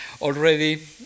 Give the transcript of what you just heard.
already